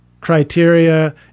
Criteria